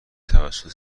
توسط